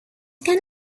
can